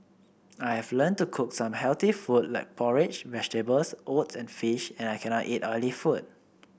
I have learned to cook some healthy food like porridge vegetables oats and fish and I cannot eat oily food